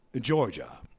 Georgia